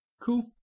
Cool